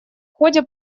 ходе